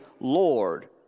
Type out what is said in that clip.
Lord